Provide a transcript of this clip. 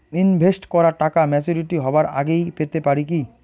Invest করা টাকা maturity হবার আগেই পেতে পারি কি?